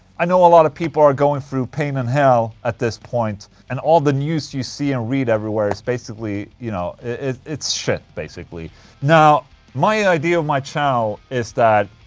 i know a lot of people are going through pain and hell at this point and all the news you see and read everywhere it's basically. you know, it's shit basically now my idea of my channel is that.